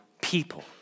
people